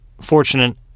fortunate